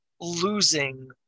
losing